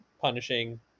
punishing